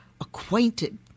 acquainted